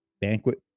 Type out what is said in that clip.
banquet